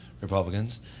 Republicans